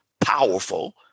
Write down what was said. powerful